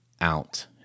out